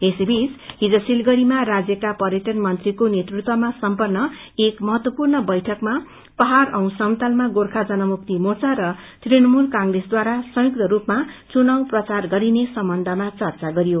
यसैबीच हिज सिलगढ़ीमा राज्यका पर्यटन मन्त्रीको नेतृत्वमा सम्पन्न एक महत्वपूर्ण बैठकमा पहाड़ औ समतलमा गोर्खा जनमुक्ति मोर्चा र तृणमूल कंग्रेसद्वारा संयुक्त रूपमा चुनाउ प्रचार गरिने सम्बन्धमा चर्चा गरियो